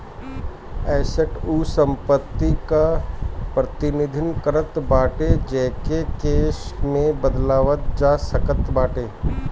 asset उ संपत्ति कअ प्रतिनिधित्व करत बाटे जेके कैश में बदलल जा सकत बाटे